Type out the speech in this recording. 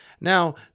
Now